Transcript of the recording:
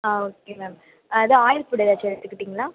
ஆ okay ma'am இது oil food ஏதாச்சும் எடுத்துக்கிட்டிங்களா